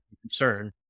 concern